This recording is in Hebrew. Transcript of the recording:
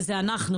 שזה אנחנו,